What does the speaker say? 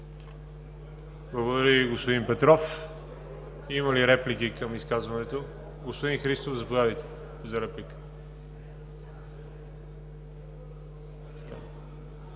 Благодаря Ви, господин Петров. Има ли реплики към изказването? Господин Христов – заповядайте, за реплика.